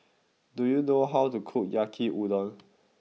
do you know how to cook Yaki Udon